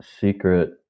Secret